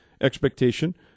expectation